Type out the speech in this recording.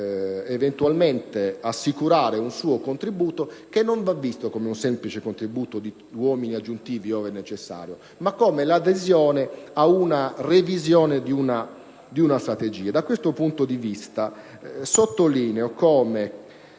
di eventualmente assicurare un suo contributo, cosa che non va vista come un semplice contributo di uomini aggiuntivi, ove necessario, ma come l'adesione ad una revisione di una strategia. Da questo punto di vista, sottolineo che